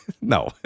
No